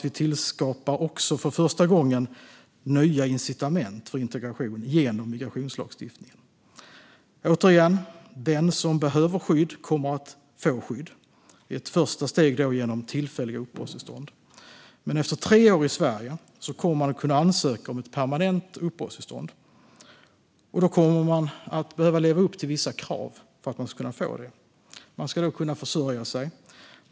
Vi tillskapar för första gången nya incitament för integration genom migrationslagstiftningen. Återigen: Den som behöver skydd kommer att få skydd, i ett första steg genom tillfälliga uppehållstillstånd. Men efter tre år i Sverige kommer man att kunna ansöka om ett permanent uppehållstillstånd, och då kommer man att behöva leva upp till vissa krav för att kunna få det. Man ska kunna försörja sig.